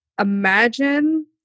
imagine